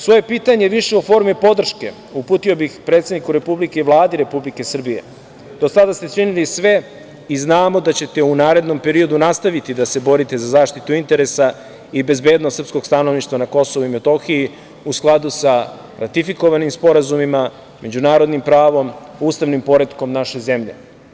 Svoje pitanje više u formi podrške uputio bih predsedniku Republike i Vladi Republike Srbije, do sada ste činili sve i znamo da ćete u narednom periodu nastaviti da se borite za zaštitu interesa, i bezbednost srpskog stanovišta na KiM, u skladu sa ratifikovanim sporazumima, međunarodnim pravom, ustavnim poretkom naše zemlje.